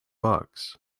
bugs